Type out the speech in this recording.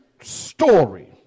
story